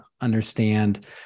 understand